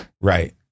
Right